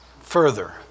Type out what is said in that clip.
further